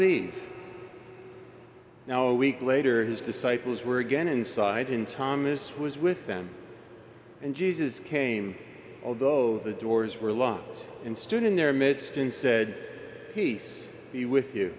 e now a week later his disciples were again inside and thomas was with them and jesus came although the doors were locked and stood in their midst and said peace be with you